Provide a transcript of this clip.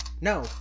no